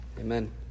Amen